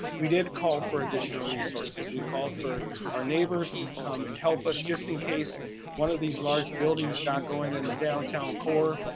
we did call for additional resources. we called for our neighbors to come and help us, just in case one of these large buildings got going in the downtown core.